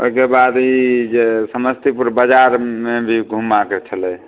एहिके बाद ई जे समस्तीपुर बजारमे भी घुमबाके छलै